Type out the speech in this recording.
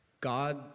God